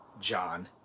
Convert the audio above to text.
John